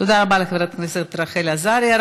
תודה רבה לחברת הכנסת רחל עזריה.